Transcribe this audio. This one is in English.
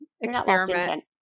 Experiment